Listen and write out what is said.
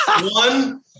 one